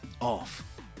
off